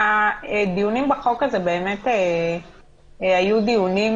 הדיונים בחוק הזה באמת היו דיונים,